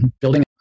building